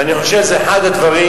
והרי חושב שזה אחד הדברים,